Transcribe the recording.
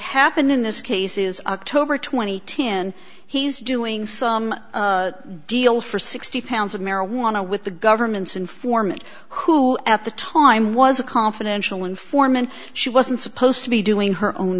happened in this case is october twenty he's doing some deal for sixty pounds of marijuana with the government's informant who at the time was a confidential informant she wasn't supposed to be doing her own